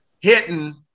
hitting